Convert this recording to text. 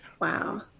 Wow